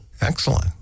Excellent